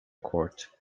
court